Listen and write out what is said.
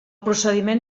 procediment